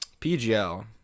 PGL